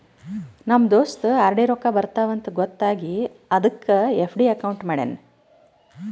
ನಮ್ ದೋಸ್ತ ಆರ್.ಡಿ ರೊಕ್ಕಾ ಬರ್ತಾವ ಅಂತ್ ಗೊತ್ತ ಆಗಿ ಅದಕ್ ಎಫ್.ಡಿ ಅಕೌಂಟ್ ಮಾಡ್ಯಾನ್